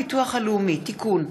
הצעת חוק הביטוח הלאומי (תיקון,